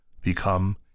become